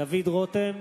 דוד רותם,